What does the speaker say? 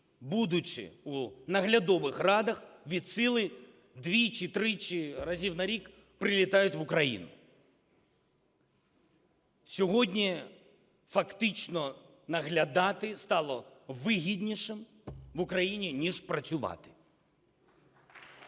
будучи у наглядових радах, від сили двічі-тричі разів на рік прилітають в Україну. Сьогодні фактично наглядати стало вигіднішим в Україні ніж працювати. (Оплески)